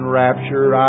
rapture